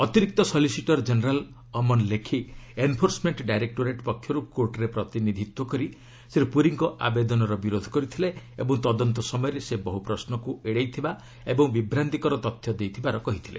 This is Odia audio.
ଅତିରିକ୍ତ solicitor general Aman Lekhi enforcement directorate ପକ୍ଷରୁ କୋର୍ଟ୍ରେ ପ୍ରତିନିଧିତ୍ୱ କରି ଶ୍ରୀ ପ୍ରରୀଙ୍କ ଆବେଦନର ବିରୋଧ କରିଥିଲେ ଓ ତଦନ୍ତ ସମୟରେ ସେ ବହ ପ୍ରଶ୍ନକୁ ଏଡେଇଥିବା ଏବଂ ବିଭ୍ରାନ୍ତିକର ତଥ୍ୟ ଦେଇଥିବାର କହିଥିଲେ